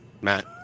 matt